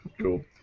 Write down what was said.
Cool